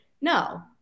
no